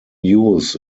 use